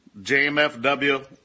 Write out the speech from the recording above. JMFW